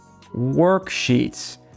worksheets